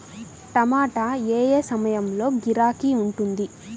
టమాటా ఏ ఏ సమయంలో గిరాకీ ఉంటుంది?